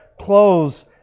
clothes